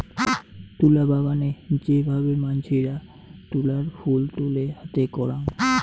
তুলা বাগানে যে ভাবে মানসিরা তুলার ফুল তুলে হাতে করাং